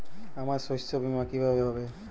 আমার শস্য বীমা কিভাবে হবে?